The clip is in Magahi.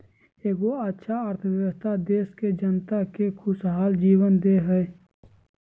एगो अच्छा अर्थव्यवस्था देश के जनता के खुशहाल जीवन दे हइ